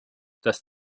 das